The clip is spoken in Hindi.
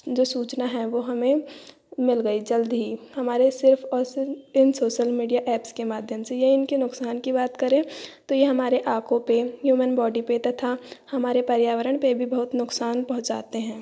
जो सूचना है वो हमें मिल गई जल्दी ही हमारे सिर्फ और सिर्फ इन सोशल मीडिया एप्स के माध्यम से ये इनके नुकसान की बात करें तो यह हमारे आंखों पर ह्यूमन बॉडी पर तथा हमारे पर्यावरण पर भी बहुत नुकसान पहुंचाते हैं